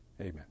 Amen